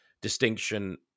distinction